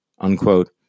unquote